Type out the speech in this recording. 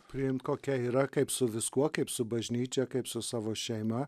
priimt kokia yra kaip su viskuo kaip su bažnyčia kaip su savo šeima